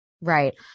Right